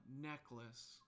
necklace